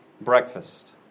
breakfast